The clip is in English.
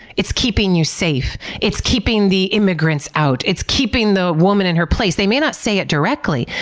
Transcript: it's keeping you safe. it's keeping the immigrants out. it's keeping the woman in her place. they may not say it directly,